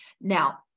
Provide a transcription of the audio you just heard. Now